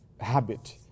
habit